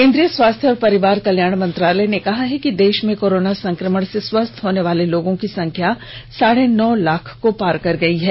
केन्द्रीय स्वास्थ्य और परिवार कल्याण मंत्रालय ने कहा है कि देश में कोरोना संक्रमण से स्वस्थ होने वाले लोगों की संख्या साढे नौ लाख को पार कर गई है